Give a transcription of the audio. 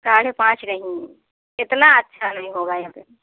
साढ़े पाँच नहीं इतना अच्छा नहीं होगा यहाँ पर